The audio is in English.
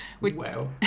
wow